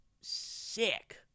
sick